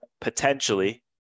potentially